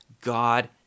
God